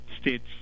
states